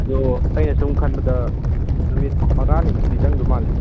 ꯑꯗꯣ ꯑꯩꯅ ꯁꯨꯝ ꯈꯟꯕꯗ ꯅꯨꯃꯤꯠ ꯃꯉꯥꯅꯤꯃꯨꯛꯇꯤ ꯆꯪꯗꯧ ꯃꯥꯜꯂꯦ